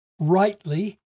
rightly